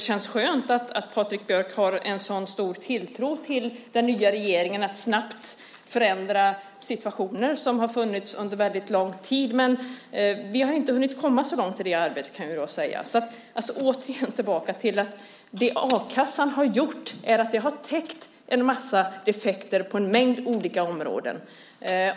känns det skönt att Patrik Björck har så stor tilltro till den nya regeringen att han tror att den snabbt ska kunna förändra den situation som rått under lång tid. Vi har inte hunnit komma så långt i det arbetet ännu. Återigen: Det som a-kassan gjort är att den täckt defekter på en mängd olika områden.